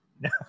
No